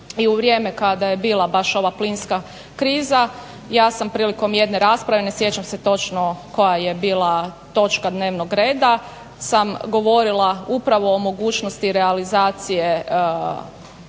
u vrijeme kada je bila baš ova plinska kriza. Ja sam prilikom jedne rasprave ne sjećam se točno koja je bila točka dnevnog reda sam govorila o mogućnosti realizacije